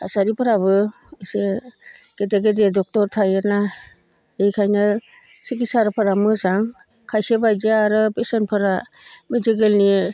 थासारिफोराबो एसे गेदेर गेदेर ड'क्टर थायोना बेखायनो सिखिसाफोरा मोजां खायसे बायदिया आरो पेसेनफोरा मिडिकेलनि